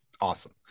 Awesome